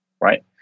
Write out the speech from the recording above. right